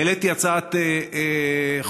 העליתי הצעת חוק,